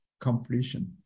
completion